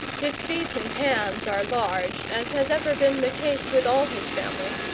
his feet and hands are large, as has ever been the case, with all his family,